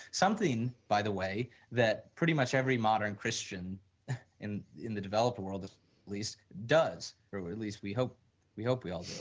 something by the way that pretty much every modern christian in in the developed world at least does or at least we hope we hope we all